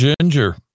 ginger